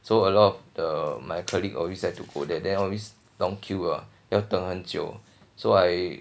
so a lot of the my colleague always like to go there then always long queue ah 要等很久 so I